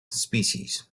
species